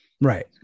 right